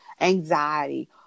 anxiety